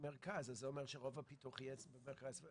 במרכז אז זה אומר שרוב הפיתוח יהיה במרכז.